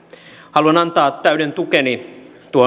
haluan antaa täyden tukeni